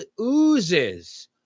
oozes